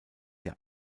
der